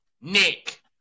Nick